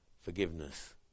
forgiveness